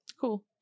Cool